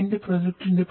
എന്റെ പ്രോജക്റ്റിന്റെ